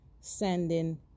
sending